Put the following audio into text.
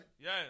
Yes